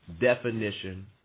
definition